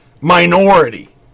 minority